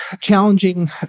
challenging